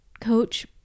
coach